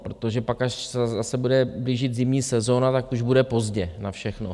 Protože pak, až se zase bude blížit zimní sezona, tak už bude pozdě na všechno.